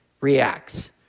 reacts